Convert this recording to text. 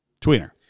Tweener